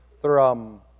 Thrum